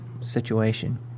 situation